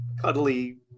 cuddly